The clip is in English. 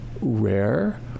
rare